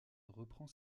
reprend